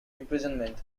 imprisonment